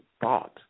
thought